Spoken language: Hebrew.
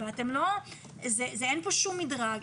4. אין כאן שום מדרג.